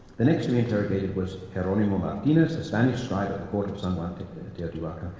the next to be interrogated was jeronimo martinez, a spanish scribe at the court of san juan teotihuacan,